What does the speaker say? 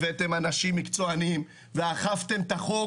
הבאתם אנשים מקצוענים ואכפתם את החוק.